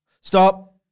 Stop